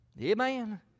Amen